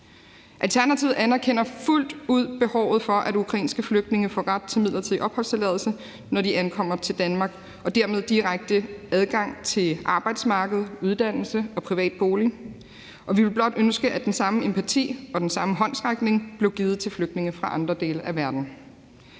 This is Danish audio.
Alternativet anerkender fuldt ud behovet for, at ukrainske flygtninge får ret til midlertidig opholdstilladelse, når de ankommer til Danmark, og dermed direkte adgang til arbejdsmarked, uddannelse og privat bolig. Vi ville blot ønske, at den samme empati og den samme håndsrækning blev givet til flygtninge fra andre dele af verden.